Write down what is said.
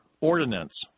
ordinance